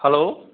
hello